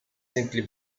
simply